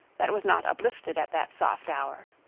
that was not uplifted at that soft hour.